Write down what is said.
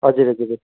हजुर हजुर